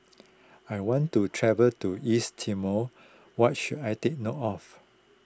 I want to travel to East Timor what should I take note of